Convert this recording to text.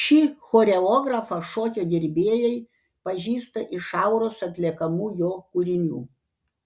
šį choreografą šokio gerbėjai pažįsta iš auros atliekamų jo kūrinių